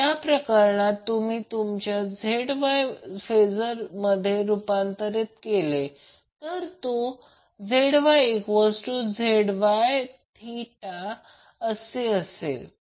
तर या प्रकरणात जर तुम्ही ZYफेजर मध्ये रूपांतर केले तर तर तो ZYZY∠ θ असेल